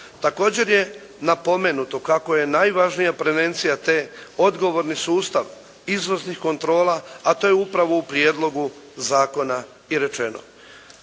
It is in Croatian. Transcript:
Također je napomenuto kako je najvažnija prevencija odgovorni sustav izvoznih kontrola, a to je upravo u prijedlogu zakona i rečeno.